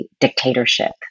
dictatorship